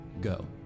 Go